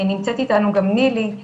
נמצאת איתנו גם נילי,